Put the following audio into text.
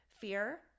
Fear